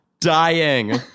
Dying